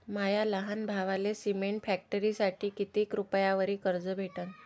माया लहान भावाले सिमेंट फॅक्टरीसाठी कितीक रुपयावरी कर्ज भेटनं?